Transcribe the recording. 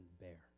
bear